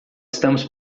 estamos